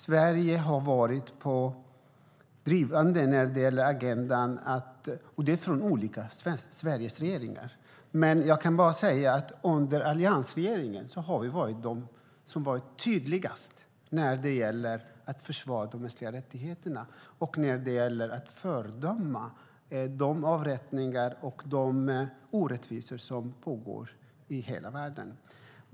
Sverige har varit pådrivande när det gäller agendan, och detta från olika regeringar i Sverige. Men jag kan bara säga att alliansregeringen har varit den som har varit tydligast när det gäller att försvara de mänskliga rättigheterna och när det gäller att fördöma de avrättningar och de orättvisor som pågår i hela världen.